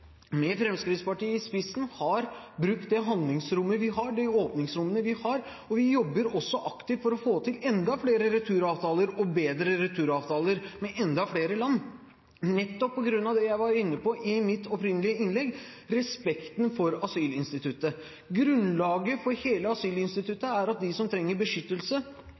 med Fremskrittspartiet i spissen, har brukt det handlingsrommet vi har, de åpningsrommene vi har, og vi jobber også aktivt for å få til enda flere returavtaler og bedre returavtaler med enda flere land, nettopp på grunn av det jeg var inne på i mitt opprinnelige innlegg: respekten for asylinstituttet. Grunnlaget for hele asylinstituttet er at de som trenger beskyttelse